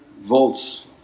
volts